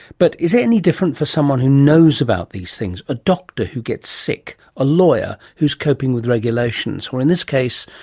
but is it any different for someone who knows about these things a doctor who gets sick, a lawyer who's coping with regulations, or in this case,